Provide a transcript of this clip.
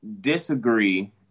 disagree